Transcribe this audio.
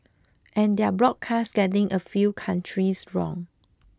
and their broadcast getting a few countries wrong